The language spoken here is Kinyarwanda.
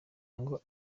ngo